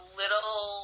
little